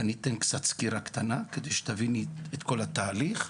ואני אתן קצת סקירה קטנה על מנת שתביני את כל התהליך.